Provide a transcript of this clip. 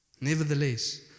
Nevertheless